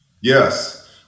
Yes